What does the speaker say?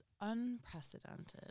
unprecedented